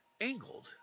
angled